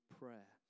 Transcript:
prayer